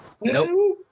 Nope